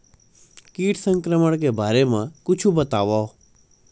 कीट संक्रमण के बारे म कुछु बतावव?